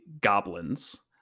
goblins